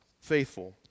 faithful